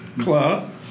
Club